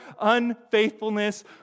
unfaithfulness